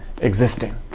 existing